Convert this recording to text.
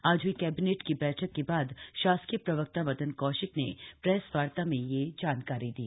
आज हई क्विनेट की बठक के बाद शासकीय प्रवक्ता मदन कौशिन ने प्रेस वार्ता में यह जानकारी दी